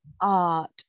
art